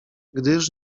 gdyż